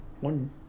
one